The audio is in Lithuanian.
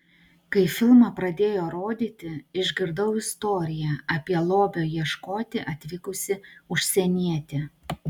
kai filmą pradėjo rodyti išgirdau istoriją apie lobio ieškoti atvykusį užsienietį